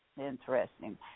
Interesting